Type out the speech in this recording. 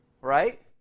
right